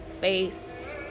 face